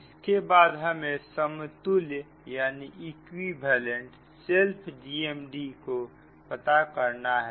इसके बाद हमें समतुल्य सेल्फ GMD को प्राप्त करना है